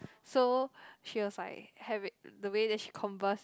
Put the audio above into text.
so she was like have it the way that she converse